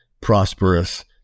prosperous